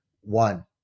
One